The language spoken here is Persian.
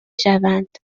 شوند